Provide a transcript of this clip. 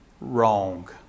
Wrong